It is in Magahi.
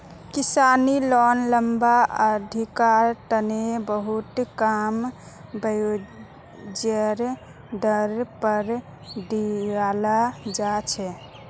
किसानी लोन लम्बा अवधिर तने बहुत कम ब्याजेर दर पर दीयाल जा छे